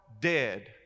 dead